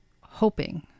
hoping